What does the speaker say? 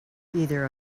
either